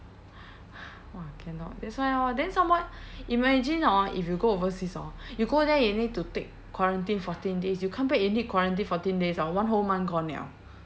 !wah! cannot that's why lor then some more imagine hor if you go overseas hor you go there you need to take quarantine fourteen days you come back you need quarantine fourteen days hor one whole month gone liao